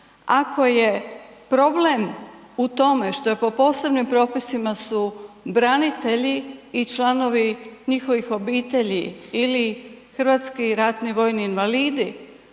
ako je problem u tome što je po posebnim propisima su branitelji i članovi njihovih obitelji ili HRVI, pa sjetite